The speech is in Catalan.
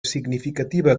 significativa